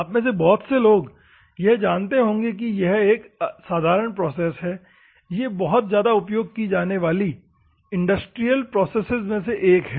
आप में से बहुत से लोग यह जानते होंगे कि यह एक साधारण प्रोसेस है या यह बहुत ज्यादा उपयोग की जाने वाली इंडस्ट्रियल प्रोसेसेज में से एक है